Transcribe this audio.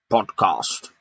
Podcast